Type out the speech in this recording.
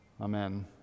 Amen